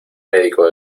médico